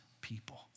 people